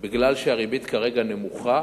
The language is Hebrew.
בגלל שהריבית כרגע נמוכה